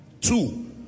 Two